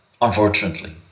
unfortunately